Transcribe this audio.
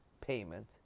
payment